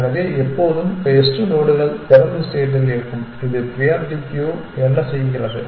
எனவே எப்போதும் பெஸ்ட் நோடுகள் திறந்த ஸ்டேட்டில் இருக்கும் இது ப்ரியாரிட்டி க்யூ என்ன செய்கிறது